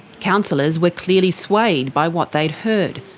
councillors were clearly swayed by what they'd heard.